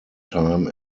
time